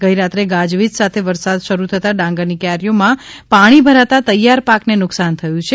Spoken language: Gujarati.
ગઇરાત્રે ગાજવીજ સાથે વરસાદ શરૂ થતાં ડાગંરની કયારીઓમાં પાણી ભરાતા તૈયાર પાકને નુકશાન થવા પામ્યુ છે